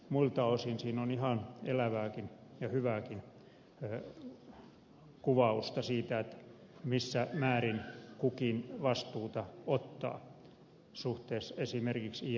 muilta osin siinä on ihan elävääkin ja hyvääkin kuvausta siitä missä määrin kukin vastuuta ottaa suhteessa esimerkiksi imfn rooliin